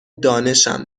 دانشم